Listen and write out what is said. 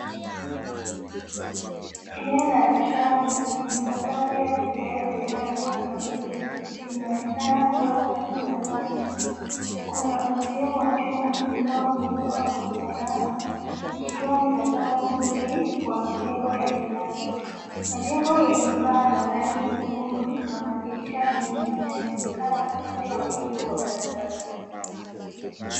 Eneo la roshani, lenye sakafu ya vigae vya rangi ya kahawia, vinaonekana kuwa safi na pana, kuna uzio wa chuma unaozunguka kwa usalama, ukitoa mtazamo mzuri, wa majengo ya jirani, majengo yenye paa za rangi nyekundu na madirisha mengi yanaonekana upande wa pili wa barabara.